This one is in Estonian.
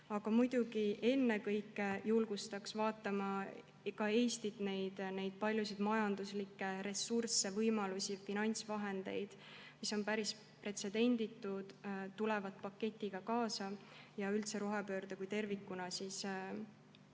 Aga muidugi ennekõike julgustaks vaatama Eestit neid paljusid majanduslikke ressursse, võimalusi, finantsvahendeid, mis on päris pretsedenditud ja tulevad paketiga, üldse rohepöörde kui tervikuga kaasa.